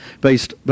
based